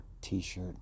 t-shirt